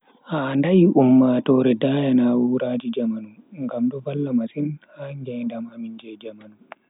Handai ummatoore daya na'uraji jamanu, ngam do valla masin ha ngedam amin je jamanu.